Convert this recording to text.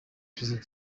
perezida